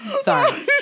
sorry